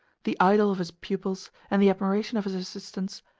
the idol of his pupils, and the admiration of his assistants,